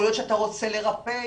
יכול להיות שאתה רוצה לרפא,